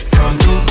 Pronto